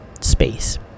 space